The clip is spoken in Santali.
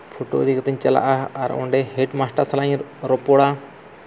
ᱯᱷᱳᱴᱳ ᱤᱫᱤ ᱠᱟᱛᱮ ᱤᱧ ᱪᱟᱞᱟᱜᱼᱟ ᱟᱨ ᱚᱸᱰᱮ ᱦᱮᱰ ᱢᱟᱥᱴᱟᱨ ᱥᱟᱞᱟᱜ ᱤᱧ ᱨᱚᱯᱚᱲᱟ